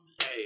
hey